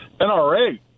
NRA